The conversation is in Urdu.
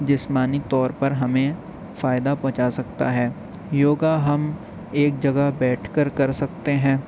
جسمانی طور پر ہمیں فائدہ پہنچا سکتا ہے یوگا ہم ایک جگہ بیٹھ کر کر سکتے ہیں